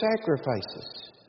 sacrifices